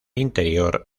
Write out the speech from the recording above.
interior